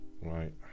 Right